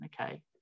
okay